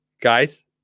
guys